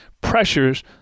pressures